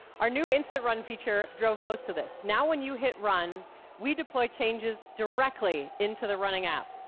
our new instant run feature drove most of this. now when you hit run we deploy changes directly into the running app.